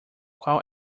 qual